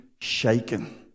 shaken